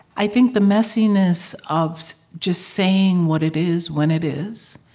i think the messiness of just saying what it is, when it is